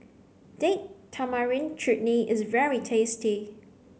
date tamarind chutney is very tasty